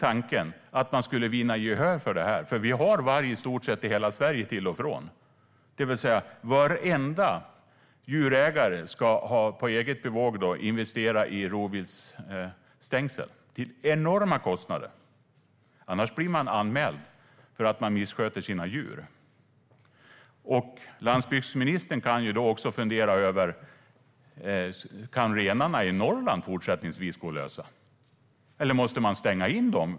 Tänk om man skulle få gehör för detta! Det finns varg i stort sett i hela Sverige till och från. Varenda djurägare ska på eget bevåg investera i rovviltsstängsel till enorma kostnader. Annars blir man anmäld för att man missköter sina djur. Landsbygdsministern kan ju fundera över om renarna i Norrland fortsättningsvis kan gå lösa. Eller måste man stänga in dem?